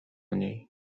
niej